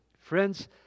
Friends